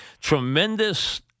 tremendous –